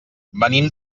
venim